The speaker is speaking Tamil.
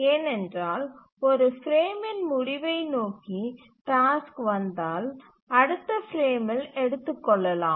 ஏனென்றால் ஒரு பிரேமின் முடிவை நோக்கி டாஸ்க் வந்தால் அடுத்த பிரேமில் எடுத்துக்கொள்ளலாம்